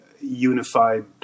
unified